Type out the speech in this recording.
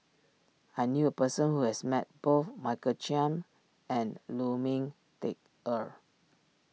I knew a person who has met both Michael Chiang and Lu Ming Teh Earl